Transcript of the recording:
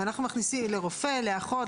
לאחות,